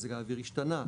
מזג האוויר השתנה,